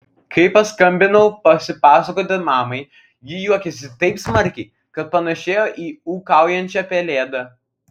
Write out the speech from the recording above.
kai paskambinau pasipasakoti mamai ji juokėsi taip smarkiai kad panašėjo į ūkaujančią pelėdą